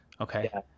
okay